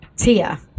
Tia